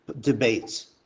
debates